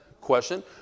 question